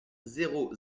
zéro